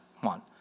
one